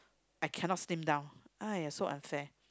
I cannot slim down !aiya! so unfair